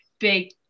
big